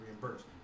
reimbursed